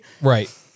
Right